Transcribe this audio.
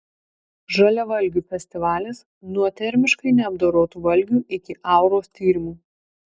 žaliavalgių festivalis nuo termiškai neapdorotų valgių iki auros tyrimų